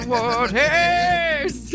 Waters